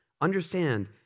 understand